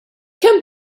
kemm